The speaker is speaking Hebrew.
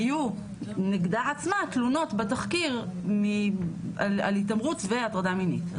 היו נגדה עצמה תלונות בתחקיר על התעמרות והטרדה מינית.